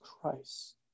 christ